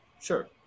Sure